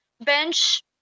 bench